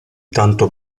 tanto